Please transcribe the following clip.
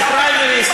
תכניסו פריימריז,